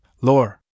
Lore